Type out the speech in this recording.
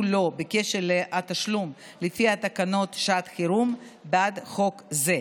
לו בקשר לתשלום לפי תקנות שעת חירום ובעד חוק זה,